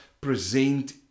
present